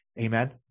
Amen